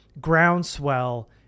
groundswell